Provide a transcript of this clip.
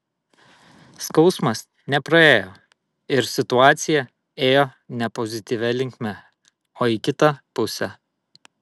skausmas nepraėjo ir situacija ėjo ne pozityvia linkme o į kitą pusę